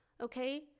okay